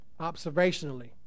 observationally